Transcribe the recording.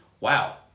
Wow